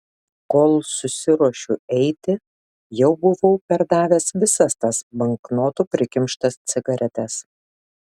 kol susiruošiu eiti jau buvau perdavęs visas tas banknotų prikimštas cigaretes